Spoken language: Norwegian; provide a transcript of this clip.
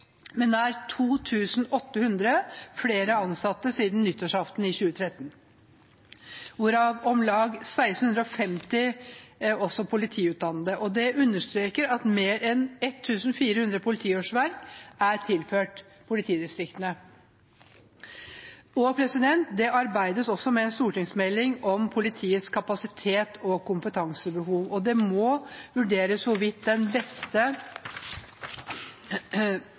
med nær 2 800 flere ansatte siden nyttårsaften 2013, hvorav om lag 1 650 er politiutdannede. Det understreker at mer enn 1 400 politiårsverk er tilført politidistriktene. Det arbeides også med en stortingsmelding om politiets kapasitets- og kompetansebehov. Det må vurderes hvorvidt den beste